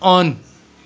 on